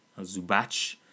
Zubac